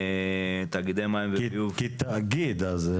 תאגידי